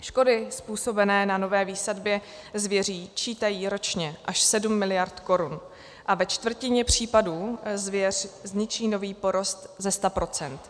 Škody způsobené na nové výsadbě zvěří čítají ročně až sedm miliard korun a ve čtvrtině případů zvěř zničí nový porost ze sta procent.